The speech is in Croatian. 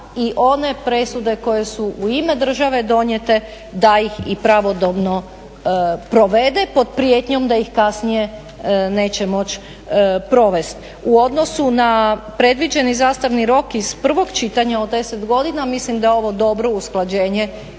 i one presude koje su u ime države donijete da ih i pravodobno provede pod prijetnjom da ih kasnije neće moći provesti. U odnosu na predviđeni zastarni rok iz prvog čitanja od 10 godina mislim da je ovo dobro usklađenje